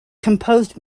composed